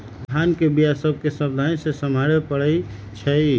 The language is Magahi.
भांग के बीया सभ के सावधानी से सम्हारे परइ छै